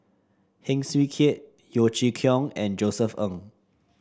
Heng Swee Keat Yeo Chee Kiong and Josef Ng